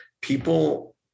People